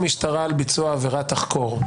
נודע למשטרה על ביצוע עבירה תחקור.